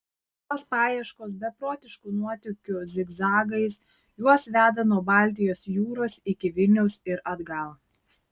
tos paieškos beprotiškų nuotykių zigzagais juos veda nuo baltijos jūros iki vilniaus ir atgal